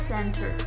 Center